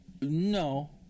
No